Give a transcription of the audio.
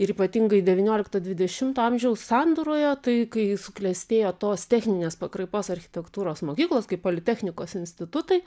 ir ypatingai devyniolikto dvidešimto amžiaus sandūroje tai kai suklestėjo tos techninės pakraipos architektūros mokyklos kaip politechnikos institutai